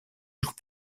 jours